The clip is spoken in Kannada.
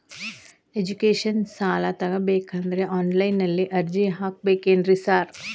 ಎಜುಕೇಷನ್ ಸಾಲ ತಗಬೇಕಂದ್ರೆ ಆನ್ಲೈನ್ ನಲ್ಲಿ ಅರ್ಜಿ ಹಾಕ್ಬೇಕೇನ್ರಿ ಸಾರ್?